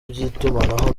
by’itumanaho